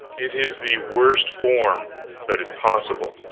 it is the worst form that is possible.